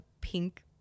pink